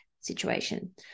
situation